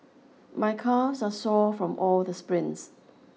my calves are sore from all the sprints